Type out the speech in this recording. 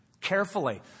carefully